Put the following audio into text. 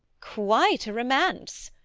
quite a romance.